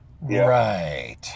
Right